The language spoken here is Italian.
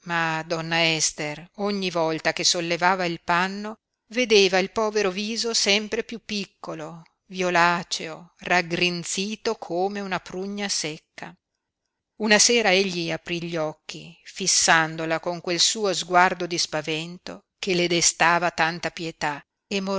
donna ester ogni volta che sollevava il panno vedeva il povero viso sempre piú piccolo violaceo raggrinzito come una prugna secca una sera egli aprí gli occhi fissandola con quel suo sguardo di spavento che le destava tanta pietà